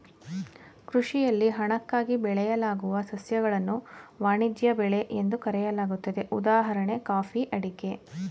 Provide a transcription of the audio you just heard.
ಕೃಷಿಯಲ್ಲಿ ಹಣಕ್ಕಾಗಿ ಬೆಳೆಯಲಾಗುವ ಸಸ್ಯಗಳನ್ನು ವಾಣಿಜ್ಯ ಬೆಳೆ ಎಂದು ಕರೆಯಲಾಗ್ತದೆ ಉದಾಹಣೆ ಕಾಫಿ ಅಡಿಕೆ